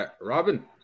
Robin